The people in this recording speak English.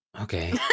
Okay